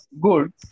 good